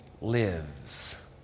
lives